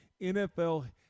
NFL